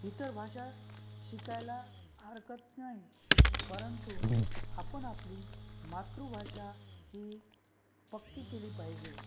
इतर भाषा शिकायला हरकत नाही परंतु आपण आपली मातृभाषा ही पक्की केली पाहिजे